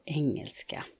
engelska